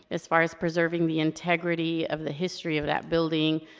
as far as preserving the integrity of the history of that building.